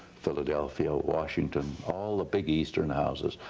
philadelphia, washington, all the big eastern houses.